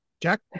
Jack